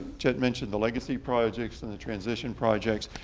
chet mentioned the legacy projects and the transition projects,